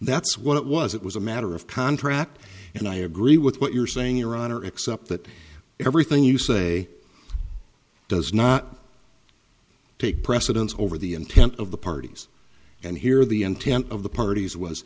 that's what it was it was a matter of contract and i agree with what you're saying your honor except that everything you say does not take precedence over the intent of the parties and here the intent of the parties was